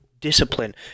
discipline